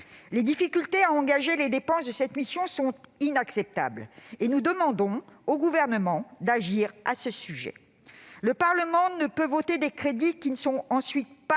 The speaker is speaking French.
Les difficultés à engager les dépenses de cette mission sont inacceptables. Nous demandons au Gouvernement d'agir à ce sujet. Le Parlement ne peut voter des crédits qui ensuite ne sont pas